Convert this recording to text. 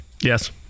Yes